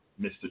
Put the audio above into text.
Mr